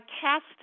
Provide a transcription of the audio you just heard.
cast